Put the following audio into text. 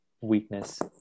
weakness